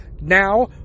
now